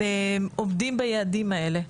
עומדות ביעדים האלה.